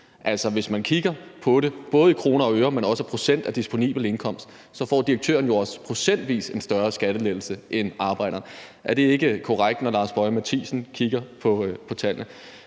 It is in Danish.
Altså, hvis man kigger på det både i kroner og øre, men også i procent af disponibel indkomst, kan man se, at direktøren jo også procentvis får en større skattelettelse end arbejderen. Mener hr. Lars Boje Mathiesen ikke, at det